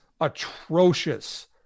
atrocious